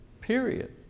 period